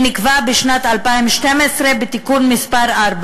שנקבע בשנת 2012 בתיקון מס' 4,